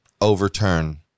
overturn